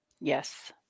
Yes